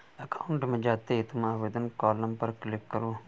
account में जाते ही तुम आवेदन कॉलम पर क्लिक करो